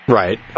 right